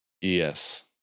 Yes